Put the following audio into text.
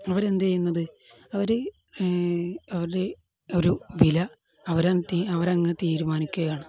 അവരെ എന്ത് ചെയ്യുന്നത് അവർ അവരുടെ ഒരു വില അവരെ തീ അവർ അങ്ങ് തീരുമാനിക്കുകയാണ്